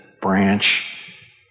branch